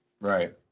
Right